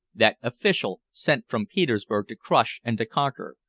that official sent from petersburg to crush and to conquer,